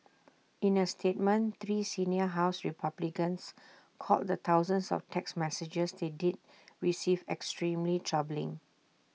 in A statement three senior house republicans called the thousands of text messages they did receive extremely troubling